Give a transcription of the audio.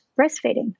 breastfeeding